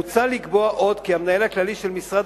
מוצע לקבוע עוד כי המנהל הכללי של משרד